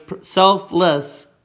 selfless